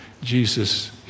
Jesus